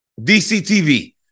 DCTV